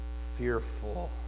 fearful